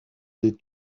des